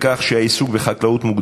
הממשלה מאשימה את החקלאים ביוקר